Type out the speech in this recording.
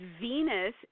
Venus